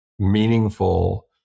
meaningful